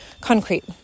concrete